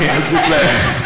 אל תתלהב.